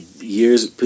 years